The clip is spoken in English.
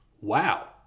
wow